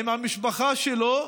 עם המשפחה שלו,